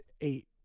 eight